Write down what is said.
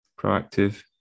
Proactive